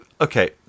okay